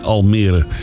Almere